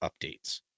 updates